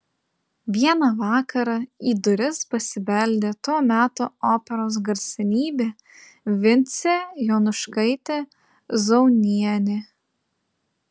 vieną vakarą į duris pasibeldė to meto operos garsenybė vincė jonuškaitė zaunienė